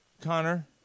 Connor